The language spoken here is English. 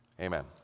Amen